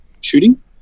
shooting